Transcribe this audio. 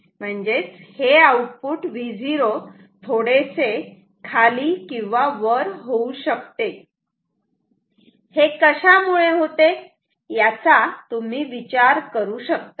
तर हे output Vo थोडेसे खाली किंवा वर होऊ शकते हे कशामुळे होते याचा तुम्ही विचार करू शकतात